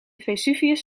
vesuvius